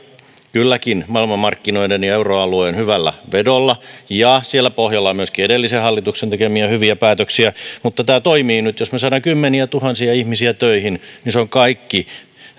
kylläkin maailmanmarkkinoiden ja euroalueen hyvällä vedolla ja siellä pohjalla on myöskin edellisen hallituksen tekemiä hyviä päätöksiä mutta tämä toimii nyt jos me saamme kymmeniätuhansia ihmisiä töihin niin se kaikki